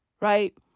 right